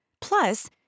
Plus